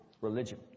religion